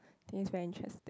think is very interesting